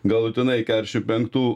galutinai keturiasdešimt penktų